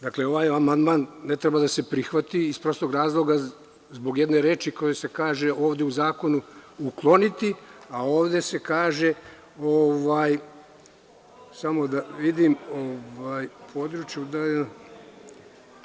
Dakle, ovaj amandman ne treba da se prihvati iz prostog razloga, zbog jedne reči koja se kaže ovde u zakonu – ukloniti, a ovde se kaže – udaljiti.